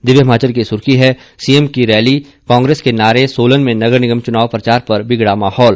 दिव्य हिमाचल की सुर्खी है सीएम की रैली कांग्रेस के नारे सोलन में नगर निगम चुनाव प्रचार पर बिगड़ा माहौल